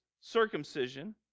circumcision